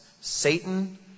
Satan